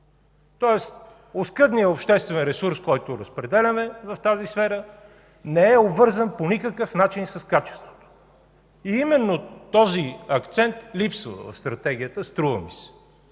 Тоест оскъдният обществен ресурс, който разпределяме в тази сфера, не е обвързан по никакъв начин с качеството. Именно този акцент, струва ми се,